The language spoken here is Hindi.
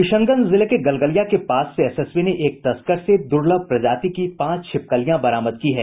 किशनगंज जिले के गलगलिया के पास से एसएसबी ने एक तस्कर से दूर्लभ प्रजाति की पांच छिपकलियां बरामद की हैं